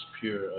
pure